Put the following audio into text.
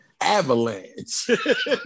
Avalanche